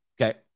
Okay